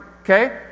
okay